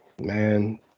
Man